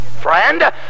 friend